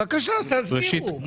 בבקשה, אז תסבירו.